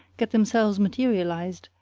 get themselves materialized,